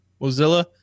Mozilla